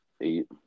eight